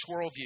worldview